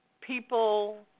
people